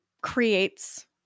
creates